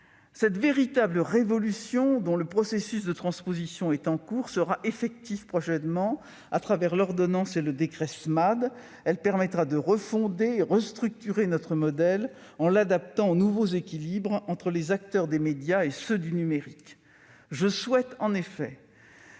Cette véritable révolution dans le processus de transposition est en cours et sera effective prochainement grâce à l'ordonnance et au décret SMAD. Elle permettra de refonder et restructurer notre modèle en l'adaptant aux nouveaux équilibres entre les acteurs des médias et ceux du numérique. Je souhaite, en effet,